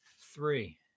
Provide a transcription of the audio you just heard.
Three